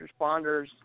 responders